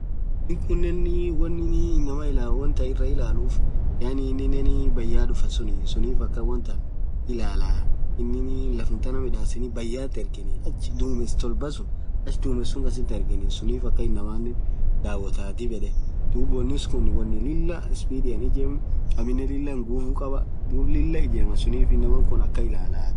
Wonnin khunen woninn inamaa ilalufff inn bayya dhufaa suun. sunnif akhan wonn tan ilalaa inin lafum than midhaseni aminen bayyath ergeni achh dhumess tolbaaa suun achh dumes sunn kasith ergenii sunnif akhan inamanen dhawotha dhib yedhe dhub wonn khun won Lilah speedian ijemuu aminen Lilah nguvu khabaa dhub Lilah ijemaaa sunnif inakhun akhan ilalaaa dhub yedhe